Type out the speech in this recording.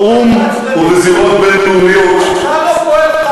באו"ם ובזירות בין-לאומיות, אתה לא פועל חד-צדדית?